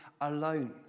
alone